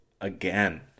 again